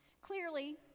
Clearly